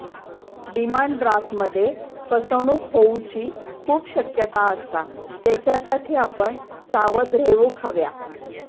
demand ड्राफ्टमध्ये फसवणूक होऊची खूप शक्यता असता, त्येच्यासाठी आपण सावध रेव्हूक हव्या